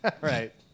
Right